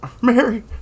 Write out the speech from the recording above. Mary